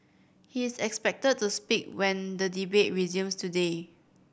he is expected to speak when the debate resumes today